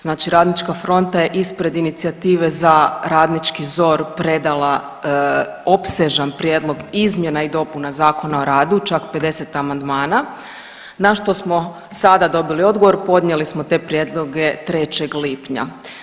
Znači Radnička fronta je ispred inicijative za radnički ZOR predala opsežan prijedlog izmjena i dopuna Zakona o radu, čak 50 amandmana, na što smo sada dobili odgovor, podnijeli smo te prijedloge 3. lipnja.